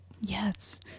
yes